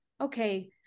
okay